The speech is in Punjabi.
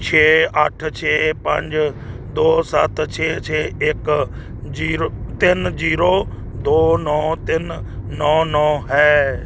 ਛੇ ਅੱਠ ਛੇ ਪੰਜ ਦੋ ਸੱਤ ਛੇ ਛੇ ਇੱਕ ਜੀਰੋ ਤਿੰਨ ਜੀਰੋ ਦੋ ਨੌਂ ਤਿੰਨ ਨੌਂ ਨੌਂ ਹੈ